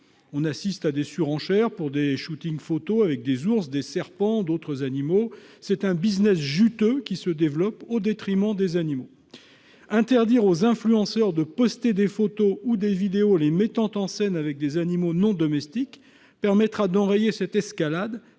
on assiste à des surenchères pour des shooting photo avec des ours, des serpents, d'autres animaux. C'est un business juteux qui se développe au détriment des animaux. Interdire aux influenceurs de poster des photos ou des vidéos, les mettant en scène avec des animaux non domestiques permettra d'enrayer cette escalade